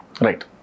Right